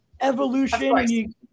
evolution